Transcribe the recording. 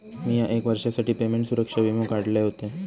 मिया एक वर्षासाठी पेमेंट सुरक्षा वीमो काढलय होतय